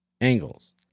angles